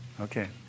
Okay